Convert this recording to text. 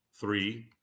three